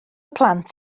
plant